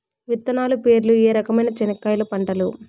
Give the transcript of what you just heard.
విత్తనాలు పేర్లు ఏ రకమైన చెనక్కాయలు పంటలు?